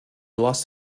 lost